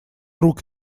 рук